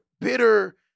bitter